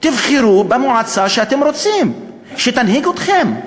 תבחרו במועצה שאתם רוצים, שתנהיג אתכם.